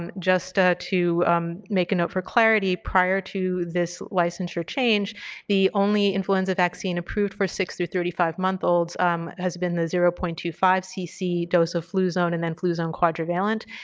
um just ah to um make a note for clarity prior to this licensure change the only influenza vaccine approved for six to thirty five month olds um has been the zero point two five cc dose of fluzone and then fluzone quadrivalent,